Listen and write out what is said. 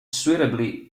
suitably